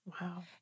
Wow